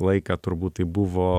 laiką turbūt tai buvo